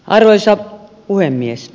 arvoisa puhemies